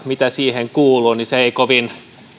mitä siihen kuuluu ei kovin